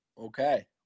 okay